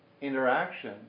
interaction